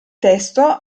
testo